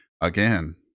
again